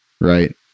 Right